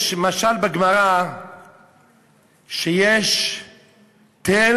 יש משל בגמרא שיש תל,